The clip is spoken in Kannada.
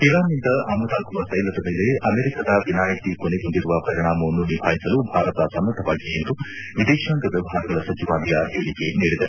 ಇರಾನ್ನಿಂದ ಆಮದಾಗುವ ತ್ವೆಲದ ಮೇಲೆ ಅಮೆರಿಕದ ವಿನಾಯಿತಿ ಕೊನೆಗೊಂಡಿರುವ ಪರಿಣಾಮವನ್ನು ನಿಭಾಯಿಸಲು ಭಾರತ ಸನ್ನದ್ದವಾಗಿದೆ ಎಂದು ವಿದೇಶಾಂಗ ವ್ಯವಹಾರಗಳ ಸಚಿವಾಲಯ ಹೇಳಿಕೆ ನೀಡಿದೆ